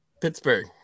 Pittsburgh